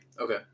Okay